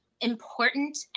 important